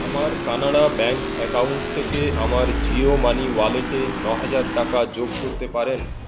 আমার Canara bank account থেকে আমার জিও মানি ওয়ালেটে নহাজার টাকা যোগ করতে পারেন